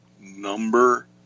Number